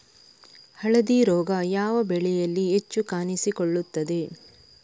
ಹಳದಿ ರೋಗ ಯಾವ ಬೆಳೆಯಲ್ಲಿ ಹೆಚ್ಚು ಕಾಣಿಸಿಕೊಳ್ಳುತ್ತದೆ?